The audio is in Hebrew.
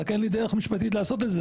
אין לי דרך משפטית לעשות את זה.